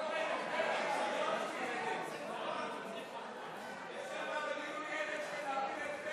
לוועדת הכנסת את הצעת חוק הצעת חוק הקפאת שכר חברי הכנסת (הוראת שעה),